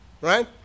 Right